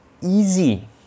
easy